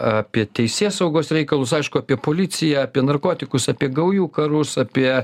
apie teisėsaugos reikalus aišku apie policiją apie narkotikus apie gaujų karus apie